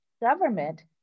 government